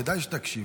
כדאי שתקשיב.